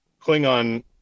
Klingon